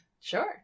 Sure